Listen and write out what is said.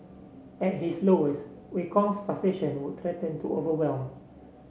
at his lowest Wei Kong's frustration would threaten to overwhelm